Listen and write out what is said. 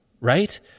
right